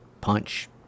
punch